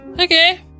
Okay